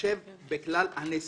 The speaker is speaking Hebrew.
בהתחשב בכלל הנסיבות".